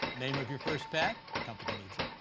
name of your first pet. company need it.